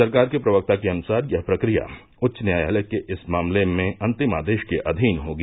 सरकार के प्रवक्ता के अनुसार यह प्रक्रिया उच्च न्यायालय के इस मामले में अन्तिम आदेश के अधीन होगी